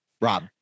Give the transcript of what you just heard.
Rob